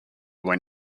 when